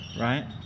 Right